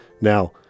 Now